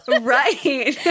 Right